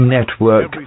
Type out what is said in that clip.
Network